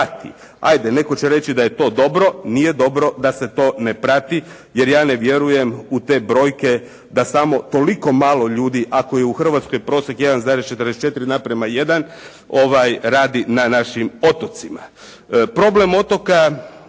Ajde netko će reći da je to dobro, nije dobro da se to ne prati jer ja ne vjerujem u te brojke da samo toliko malo ljudi ako je u Hrvatskoj prosjek 1,44:1 radi na našim otocima. Problem otoka